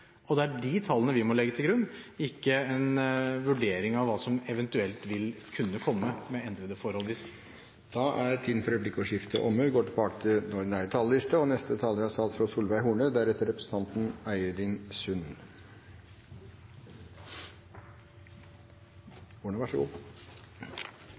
Det er de tallene vi må legge til grunn, ikke en vurdering av hva som eventuelt vil kunne komme med endrede forhold. Replikkordskiftet er dermed omme. Jeg vil følge opp justisministeren og virkelig understreke at den